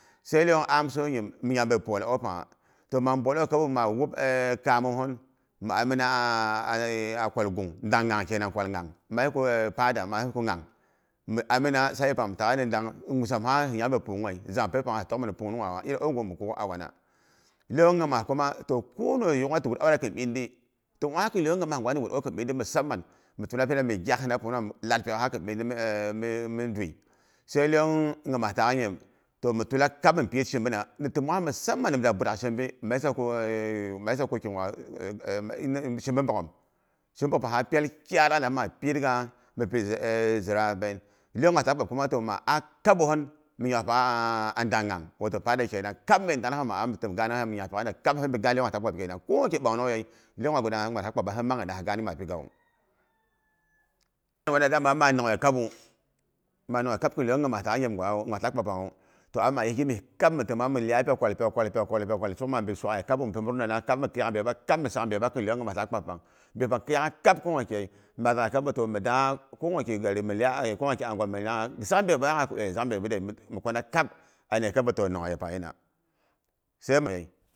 Sai lyong amsonyim mi nyangbei pwol an pangha. Toh ma bwol auwu, ma wup kamosin, mi amina a e a kwal gung. Dang ngyang kenang ma yi ka pada, ma amina sai yepang nyusamha hi yangbe punshe iri au gu mikuk'ghu lyong nyimas kuma, toh kono yuga dati wur awada kin ɓindi. Toh ma kin lyong nyimainwa mi wud an a kin binɗi musaman mi tula pina min gyala hina pungnungha nu lad pyok'gha kin ɓindi mi e mi ndwi sai lyong nyima taak ndyim gimye mi tula kab min piit shinbina. Ni təmongha musaman, nimda burak shim bi, ma yisa ko lyong nyima tak kpab kuma toh ma'a kabohin nyangpyok'gha a dang nyang, wato fada kenang kab me dangnang hang ma a mi tima mi nyang pyok'gha da, gaan nohin mi nyang pyok gada hinbi hin kenang. Ko gwata bang nong ye lyong ngwa nyimataak kpabu hinmag gaan maa pigawu, dama maa nongle kabu, maa nonghe kab kin lyong nyima taak kpab ngwawu toh ama yi gimi kam mi təma pyok kwal pyok kwal. Toh sug ma biswaghewu mi pi murna na kab mi sak ɓyepang kap khiyak gha ko ngwaki yei. Ma zaghi kabu mi dangha kogwaki gari, mi lyai ko ngwaki yei. Ghi sak byebang gha ku 'e mi kwana kap anei kaba toh nonghe yepang nyina.